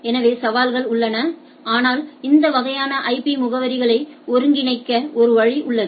எனவே சவால்கள் உள்ளன ஆனாலும் இந்த வகையான ஐபி முகவரிகளை ஒருங்கிணைக்க ஒரு வழி உள்ளது